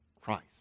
Christ